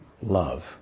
love